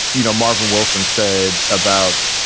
you know, marvin wilson said about,